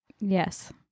Yes